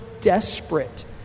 desperate